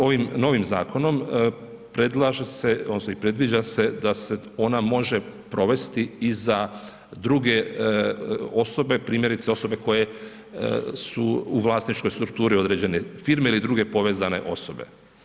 Ovim novim zakonom predlaže se odnosno i predviđa se da se ona može provesti i za druge osobe, primjerice osobe koje su u vlasničkoj strukturi određene firme ili druge povezane osobe.